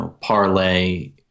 Parlay